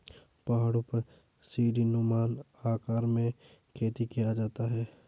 पहाड़ों पर सीढ़ीनुमा आकार में खेती किया जाता है